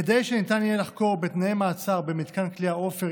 כדי שניתן יהיה לחקור בתנאי מעצר במתקן כליאה עופר